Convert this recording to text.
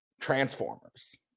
transformers